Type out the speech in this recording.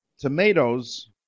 Tomatoes